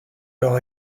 alors